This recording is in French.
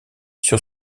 sur